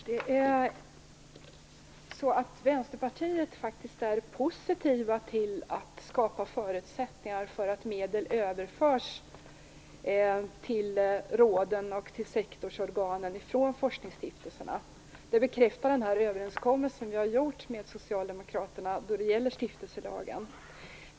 Fru talman! Vi i Vänsterpartiet är positiva till att skapa förutsättningar för att medel överförs till råden och till sektorsorganen från forskningsstiftelserna. Det bekräftar den överenskommelse vi har gjort med Socialdemokraterna då det gäller stiftelselagen.